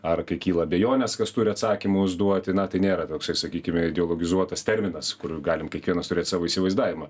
ar kai kyla abejonės kas turi atsakymus duoti na tai nėra toks sakykime ideologizuotas terminas kur galim kiekvienas turėt savo įsivaizdavimą